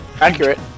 Accurate